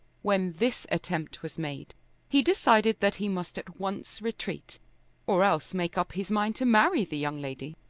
when this attempt was made he decided that he must at once retreat or else make up his mind to marry the young lady.